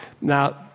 Now